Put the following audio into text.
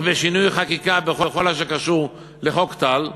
בשינוי חקיקה בכל אשר קשור לחוק טל,